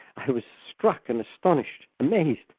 i was struck and astonished, amazed,